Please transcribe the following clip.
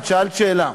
את שאלת שאלה.